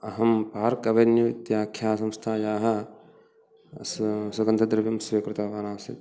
अहं Park Avenue इत्याख्यासंस्थायाः सुगन्धद्रव्यं स्वीकृतवान् आसित्